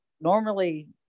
normally